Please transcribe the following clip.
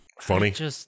Funny